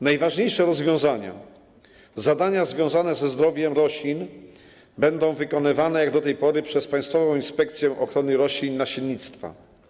Najważniejsze zadania związane ze zdrowiem roślin będą wykonywane jak do tej pory przez Państwową Inspekcję Ochrony Roślin i Nasiennictwa.